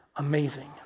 amazing